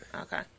Okay